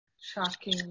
shocking